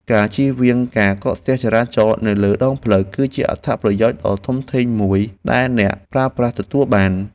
ការចៀសវាងការកកស្ទះចរាចរណ៍នៅលើដងផ្លូវ គឺជាអត្ថប្រយោជន៍ដ៏ធំធេងមួយដែលអ្នកប្រើប្រាស់ទទួលបាន។